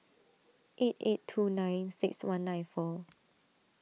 eight eight two nine six one nine four